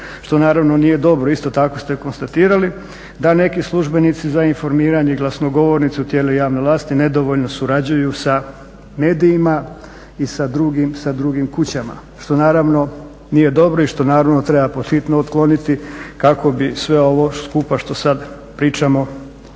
što naravno nije dobro. Isto tako ste konstatirali da neki službenici za informiranje, glasnogovornici u tijelu javne vlasti nedovoljno surađuju sa medijima i sa drugim kućama, što naravno nije dobro i što treba pod hitno otkloniti kako bi sve ovo skupa što sada pričamo imalo